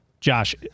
Josh